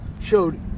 showed